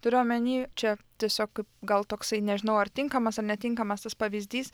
turiu omeny čia tiesiog gal toksai nežinau ar tinkamas ar netinkamas tas pavyzdys